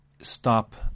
stop